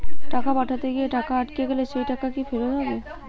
টাকা পাঠাতে গিয়ে টাকা আটকে গেলে সেই টাকা কি ফেরত হবে?